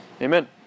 Amen